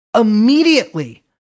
immediately